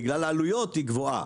בגלל העלויות היא גבוהה.